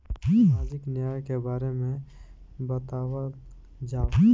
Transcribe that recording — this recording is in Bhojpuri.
सामाजिक न्याय के बारे में बतावल जाव?